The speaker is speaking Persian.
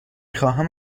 خواهم